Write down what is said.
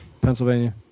Pennsylvania